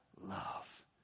love